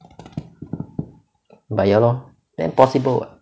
but ya lor then possible [what]